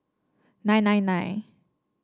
nine nine nine